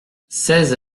seize